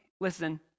Listen